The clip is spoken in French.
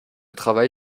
travail